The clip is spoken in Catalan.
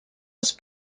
els